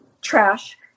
trash